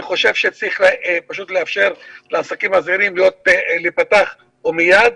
אני חושב שצריך לאפשר לעסקים הזעירים להיפתח ומיד.